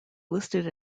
listed